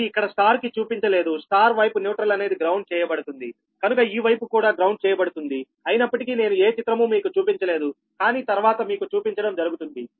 ఇది ఇక్కడ స్టార్ కి చూపించ లేదుస్టార్ వైపు న్యూట్రల్ అనేది గ్రౌండ్ చేయబడుతుందికనుక ఈ వైపు కూడా గ్రౌండ్ చేయబడుతుంది అయినప్పటికీ నేను ఏ చిత్రమూ మీకు చూపించలేదు కానీ తర్వాత మీకు చూపించడం జరుగుతుంది